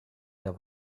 der